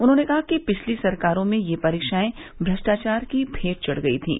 उन्होंने कहा कि पिछली सरकारों में ये परीक्षाएं भ्रष्टाचार की मेंट चढ़ गयी थीं